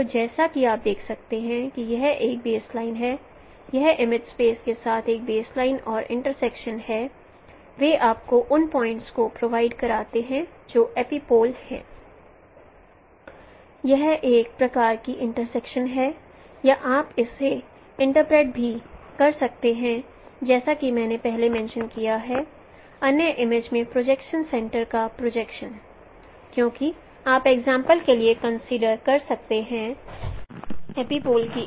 तो जैसा कि आप देख सकते हैं कि यह एक बेसलाइन है यह इमेज स्पेस के साथ एक बेसलाइन और इंट्रसेक्शन है वे आपको उन पॉइंट्स को प्रोवाइड करते हैं जो एपिपोल हैं